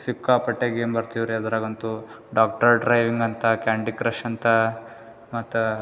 ಸಿಕ್ಕಾಪಟ್ಟೆ ಗೇಮ್ ಬರ್ತಿವ್ರಿ ಅದರಾಗಂತೂ ಡಾಕ್ಟರ್ ಡ್ರೈವಿಂಗ್ ಅಂತೆ ಕ್ಯಾಂಡಿ ಕ್ರಶ್ ಅಂತೆ ಮತ್ತು